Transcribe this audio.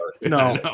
No